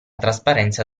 trasparenza